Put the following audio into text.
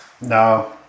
No